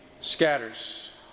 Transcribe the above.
scatters